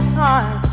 time